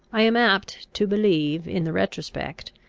i am apt to believe, in the retrospect,